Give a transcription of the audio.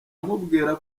mubwira